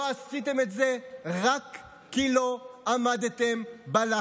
לא עשיתם את זה רק כי לא עמדתם בלחץ,